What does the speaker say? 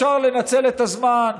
אפשר לנצל את הזמן,